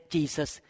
Jesus